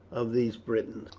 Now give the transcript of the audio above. of these britons.